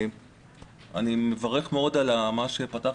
אני מברך מאוד על מה שאמרת,